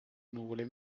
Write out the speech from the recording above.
nuvole